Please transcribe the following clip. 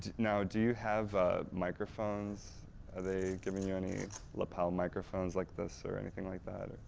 now do you have ah microphones, are they giving you any lapel microphones like this or anything like that or,